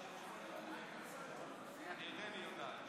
51, נגד, 42. אם כך, אני קובע כי